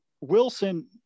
Wilson